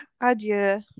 Adieu